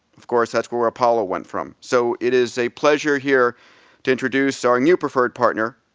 of course, that's where where apollo went from. so it is a pleasure here to introduce our new preferred partner,